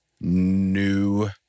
new